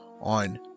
on